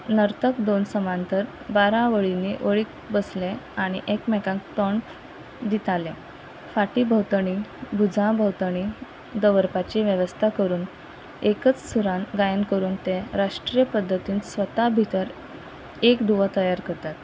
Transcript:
नर्तक दोन समान तर बारा वळींनी वळी बसले आनी एकमेकाक तोंड दिताले फाटी भोंवतणी भुजा भोंवतणी दवरपाची वेवस्था करून एकच सुरान गायन करून ते राष्ट्रीय पद्दतीन स्वता भितर एक धुवो तयार करतात